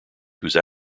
whose